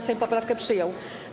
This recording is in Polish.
Sejm poprawkę przyjął.